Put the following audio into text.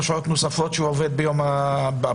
שעות נוספות כשהוא עובד ביום הבחירות,